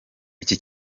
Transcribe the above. iki